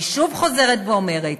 אני שוב חוזרת ואומרת: